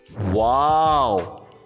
Wow